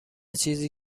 چیزی